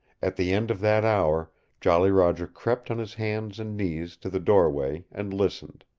at the end of that hour jolly roger crept on his hands and knees to the doorway and listened.